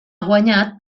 guanyat